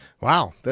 Wow